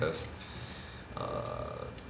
cause err